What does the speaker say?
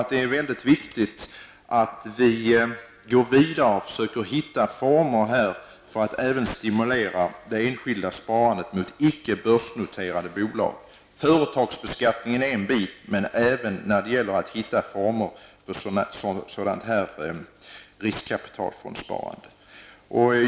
Men det är viktigt att vi går vidare och försöker hitta former för att stimulera det enskilda sparandet även i icke börsnoterade bolag; företagsbeskattningen är en del, men även att hitta former för sådant här riskkapitalfondssparande.